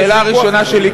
השאלה הראשונה שלי,